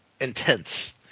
intense